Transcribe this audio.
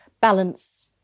balance